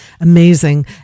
Amazing